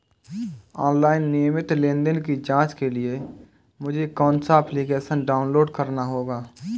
Online नियमित लेनदेन की जांच के लिए मुझे कौनसा एप्लिकेशन डाउनलोड करना होगा?